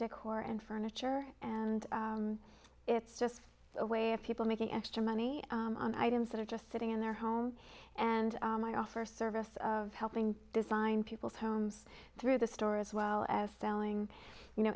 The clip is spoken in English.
decor and furniture and it's just a way of people making extra money on items that are just sitting in their homes and i offer service of helping design people's homes through the store as well as selling you know